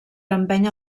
empènyer